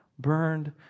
Burned